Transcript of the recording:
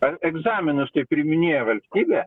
per egzaminus tai priiminėja valstybė